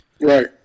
Right